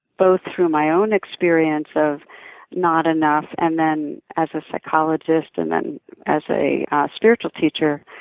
both through my own experience of not enough and then, as a psychologist and then as a spiritual teacher,